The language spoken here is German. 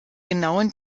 genauen